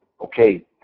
Okay